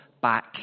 back